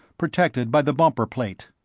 protected by the bumper plate.